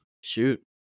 Shoot